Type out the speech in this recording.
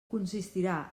consistirà